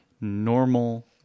normal